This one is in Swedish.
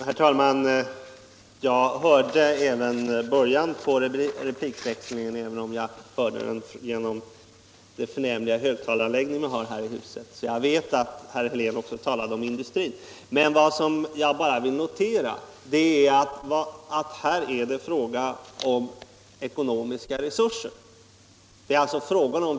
Herr talman! Jag hörde också början på replikväxlingen, även om jag hörde den genom den förnämliga högtalaranläggning vi har här i huset. Jag vet alltså att herr Helén även talade om industrin. Men vad jag vill notera är att här är det fråga om ekonmiska resurser.